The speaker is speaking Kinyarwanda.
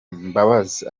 mbabazi